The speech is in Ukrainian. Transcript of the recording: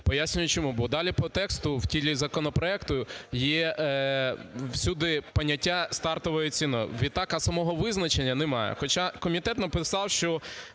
Пояснюю, чому. Бо далі по тексту в тілі законопроекту є всюди поняття "стартової ціни", а самого визначення немає. Хоча комітет написав, що